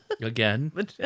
Again